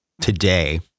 today